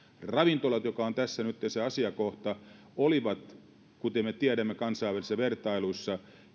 ravintolat mikä on tässä nytten se asiakohta ovat kuten me tiedämme kansainvälisissä vertailuissa